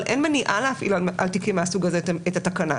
אבל אין מניעה להפעיל על תיקים מהסוג הזה את התקנה.